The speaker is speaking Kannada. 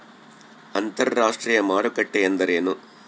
ಅಂತರಾಷ್ಟ್ರೇಯ ಮಾರುಕಟ್ಟೆ ಎಂದರೇನು?